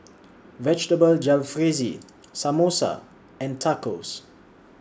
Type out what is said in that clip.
Vegetable Jalfrezi Samosa and Tacos